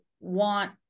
want